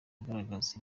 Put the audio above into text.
agaragaza